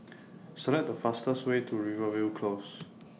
Select The fastest Way to Rivervale Close